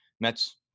Mets